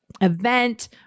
event